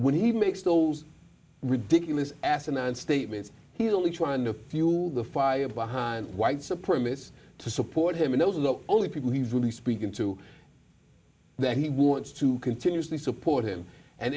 when he makes those ridiculous asinine statements he's only trying to fuel the fire behind whites a permit to support him and those are the only people he was really speaking to that he wants to continuously support him and